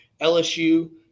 LSU